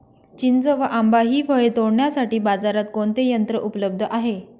चिंच व आंबा हि फळे तोडण्यासाठी बाजारात कोणते यंत्र उपलब्ध आहे?